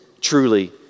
truly